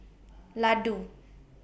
Ladoo